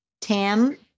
Tim